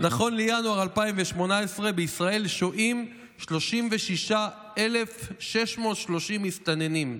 "בישראל שוהים 36,630 מסתננים,